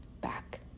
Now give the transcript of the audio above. back